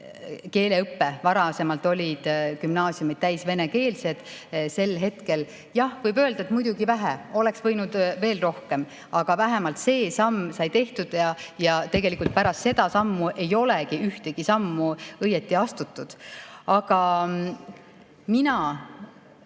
keeleõpe, varasemalt olid gümnaasiumid täisvenekeelsed. Jah, võib öelda, et muidugi oli seda vähe, oleks võinud veel rohkem teha. Aga vähemalt see samm sai tehtud ja tegelikult pärast seda sammu ei olegi ühtegi sammu õieti astutud. Aga mina